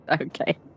Okay